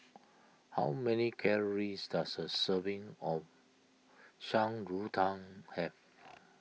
how many calories does a serving of Shan Rui Tang have